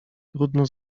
trudno